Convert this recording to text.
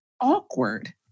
awkward